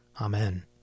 Amen